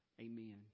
Amen